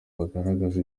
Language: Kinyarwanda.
bagaragaza